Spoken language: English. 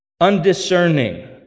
undiscerning